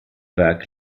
berg